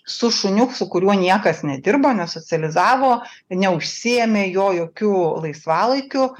su šuniu su kuriuo niekas nedirbo nesocializavo neužsiėmė jo jokiu laisvalaikiu